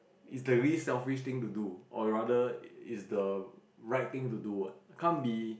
it's the least selfish thing to do or rather it's the right thing to do what it can't be